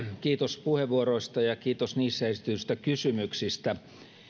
kiitos puheenvuoroista ja kiitos niissä esitetyistä kysymyksistä